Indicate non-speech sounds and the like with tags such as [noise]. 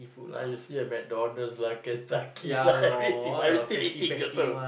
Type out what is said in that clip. now you see at McDonalds lah Kentucky [laughs] lah everything my i'm still eating also